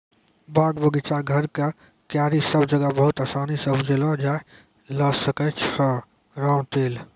बाग, बगीचा, घर के क्यारी सब जगह बहुत आसानी सॅ उपजैलो जाय ल सकै छो रामतिल